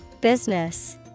Business